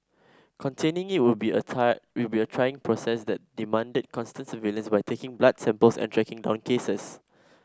containing it will be a it will be a trying process that demanded constant surveillance by taking blood samples and tracking down cases